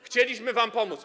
Chcieliśmy wam pomóc.